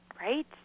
right